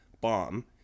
bomb